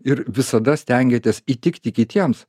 ir visada stengiatės įtikti kitiems